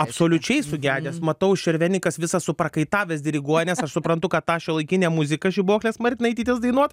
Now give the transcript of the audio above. absoliučiai sugedęs matau šervenikas visas suprakaitavęs diriguoja nes aš suprantu kad tą šiuolaikinę muziką žibuoklės martinaitytės dainuot